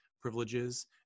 privileges